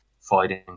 fighting